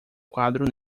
quadro